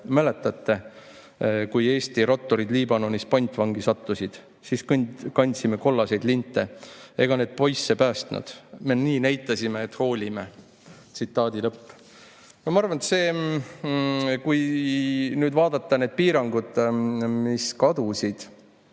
Mäletate, kui Eesti ratturid Liibanonis pantvangi sattusid? Siis kandsime kollaseid linte. Ega need poisse ei päästnud. Nii näitasime, et hoolime." Tsitaadi lõpp. Ma arvan, et kui nüüd vaadata neid piiranguid, mis kadusid,